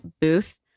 booth